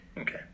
okay